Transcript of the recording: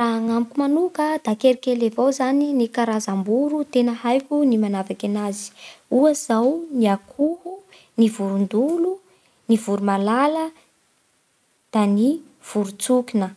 Raha agnamiko manoka da kelikely avao zany ny karazam-boro tena haiko ny manavaky anazy; ohatsy izao ny akoho, ny vorondolo, ny voromalala, da ny vorontsokina.